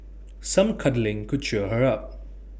some cuddling could cheer her up